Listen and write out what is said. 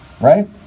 Right